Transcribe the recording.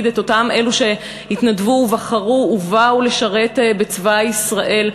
את אלו שהתנדבו ובחרו ובאו לשרת בצבא ישראל.